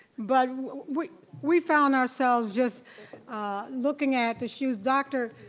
but we we found ourselves just looking at the shoes. doctor,